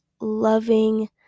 loving